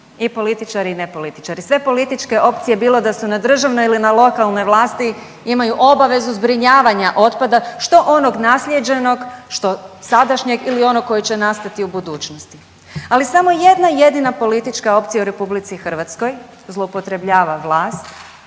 I političari i ne političari, sve političke opcije bilo da su na državnoj ili na lokalnoj vlasti imaju obavezu zbrinjavanja otpad što onog naslijeđenog, što sadašnjeg ili onog koji će nastati u budućnosti. Ali samo jedna jedina politička opcija u RH zloupotrebljava vlast,